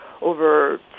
over